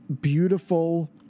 beautiful